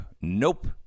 Nope